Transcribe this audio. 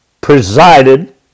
presided